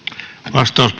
arvoisa